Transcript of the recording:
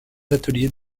ateliers